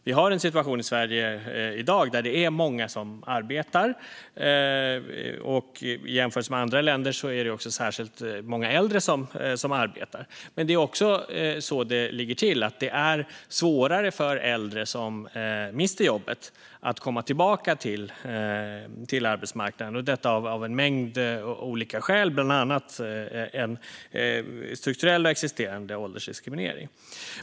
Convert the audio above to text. Vi har en situation i Sverige i dag där många arbetar. I jämförelse med andra länder är det också särskilt många äldre som arbetar. Men det är också svårare för äldre som mister jobbet att komma tillbaka till arbetsmarknaden. Det finns en mängd olika skäl för det, bland annat en strukturell och existerande åldersdiskriminering.